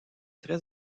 très